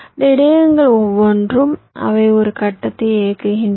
இந்த இடையகங்கள் ஒவ்வொன்றும் அவை ஒரு கட்டத்தை இயக்குகின்றன